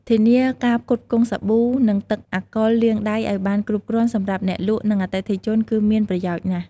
ធានាការផ្គត់ផ្គង់សាប៊ូ និងទឹកអាកុលលាងដៃឱ្យបានគ្រប់គ្រាន់សម្រាប់អ្នកលក់ និងអតិថិជនគឺមានប្រយោជន៍ណាស់។